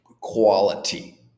quality